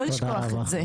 לא לשכוח את זה.